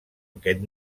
aquest